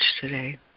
today